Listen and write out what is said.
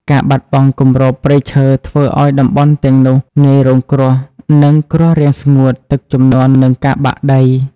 ការបាត់បង់គម្របព្រៃឈើធ្វើឱ្យតំបន់ទាំងនោះងាយរងគ្រោះនឹងគ្រោះរាំងស្ងួត ទឹកជំនន់ និងការបាក់ដី។